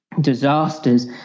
disasters